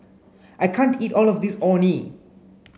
I can't eat all of this Orh Nee